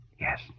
Yes